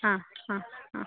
ಹಾಂ ಹಾಂ ಹಾಂ